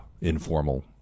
Informal